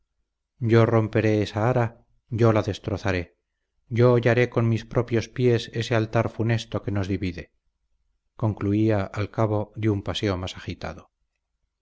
yo romperé esa ara yo la destrozaré yo hollaré con mis propios pies ese altar funesto que nos divide concluía al cabo de un paseo más agitado